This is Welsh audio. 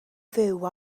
fyw